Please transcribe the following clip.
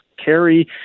carry